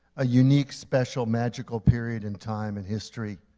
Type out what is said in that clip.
a unique, special, magical period in time, in history,